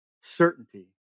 certainty